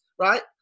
right